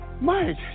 Mike